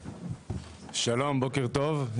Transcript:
שלום, בוקר טוב.